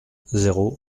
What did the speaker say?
zéro